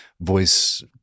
voice